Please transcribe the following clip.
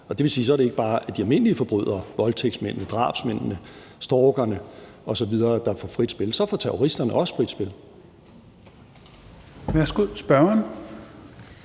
det vil sige, at så er det ikke bare de almindelige forbrydere, voldtægtsmændene, drabsmændene, stalkerne osv., der får frit spil. Så får terroristerne også frit spil.